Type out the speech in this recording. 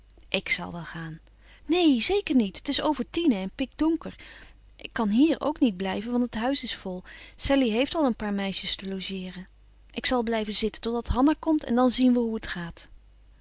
ik zal wel gaan neen zeker niet het is over tienen en pikdonker ik kan hier ook niet blijven want het huis is vol sallie heeft al een paar meisjes te logeeren ik zal blijven zitten totdat hanna komt en dan zien hoe het gaat